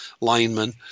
lineman